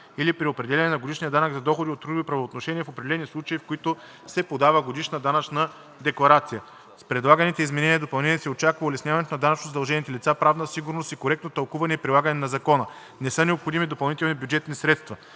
или при определяне на годишния данък за доходи от трудови правоотношения в определени случаи, в които се подава годишна данъчна декларация. С предлаганите изменения и допълнения се очаква улесняването на данъчно задължените лица, правна сигурност и коректно тълкуване и прилагане на закона. Не са необходими допълнителни бюджетни средства.